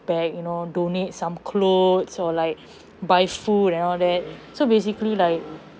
back you know donate some clothes or like buy food and all that so basically like